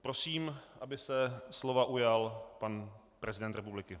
Prosím, aby se slova ujal pan prezident republiky.